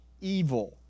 evil